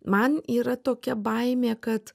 man yra tokia baimė kad